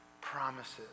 promises